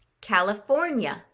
California